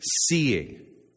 seeing